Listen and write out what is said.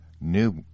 new